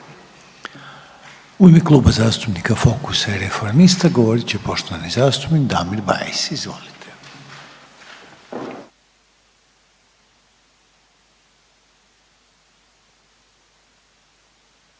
U ime Kluba zastupnika Fokusa i Reformista govorit će poštovani zastupnik Damir Bajs, izvolite.